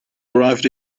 arrived